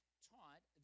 taught